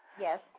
Yes